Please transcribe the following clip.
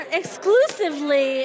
exclusively